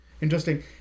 Interesting